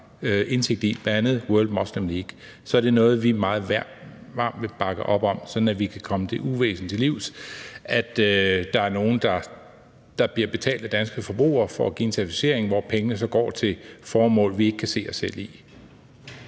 indsigt i, bl.a. Muslim World League, så er det noget, vi meget varmt vil bakke op om, sådan at vi kan komme det uvæsen til livs, at der er nogle, der bliver betalt af danske forbrugere for at give en certificering, og hvor pengene så går til formål, vi ikke kan se os selv i.